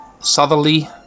southerly